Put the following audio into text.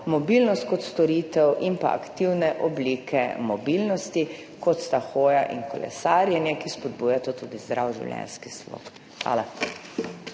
mobilnosti kot storitve in pa aktivne oblike mobilnosti, kot sta hoja in kolesarjenje, ki spodbujata tudi zdrav življenjski slog. Hvala.